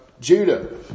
Judah